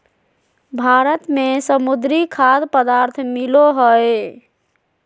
भारत में समुद्री खाद्य पदार्थ मिलो हइ